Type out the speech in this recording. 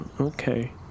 Okay